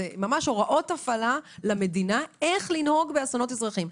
הוראות הפעלה למדינה, איך לנהוג באסונות אזרחיים.